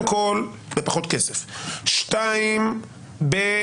בפחות כסף, ב'